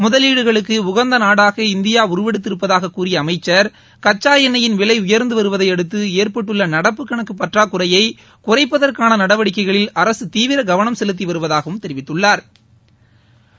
முதலீடுகளுக்கு உகந்த நாடாக இந்தியா உருவெடுத்திருப்பதாக கூறிய அமைச்சர் கச்சா எண்ணெயின் விலை உயர்ந்து வருவதையடுத்து ஏற்பட்டுள்ள நடப்பு கணக்கு பற்றாக்குறையை குறைப்பதற்கான நடவடிக்கைகளில் அரசு தீவிர கவனம் செலுத்தி வருவதாக தெரிவித்துள்ளாா்